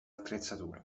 attrezzature